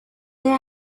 there